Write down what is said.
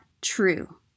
true